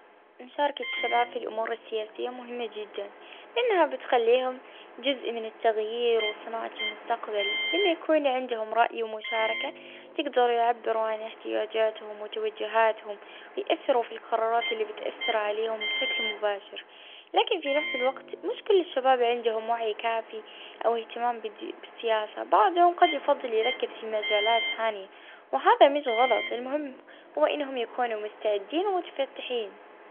اه مهم هالبا لأن الشباب هما مستقبل البلاد ولازم تكون عندهم اه كلمة.